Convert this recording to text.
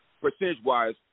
percentage-wise